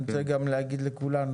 אני רוצה גם להגיד לכולנו,